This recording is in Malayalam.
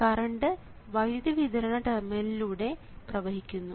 അതായത് കറണ്ട് വൈദ്യുതി വിതരണ ടെർമിനലുകളിലൂടെ പ്രവഹിക്കുന്നു